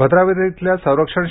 Bhadravati